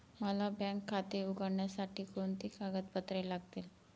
मला बँक खाते उघडण्यासाठी कोणती कागदपत्रे लागतील?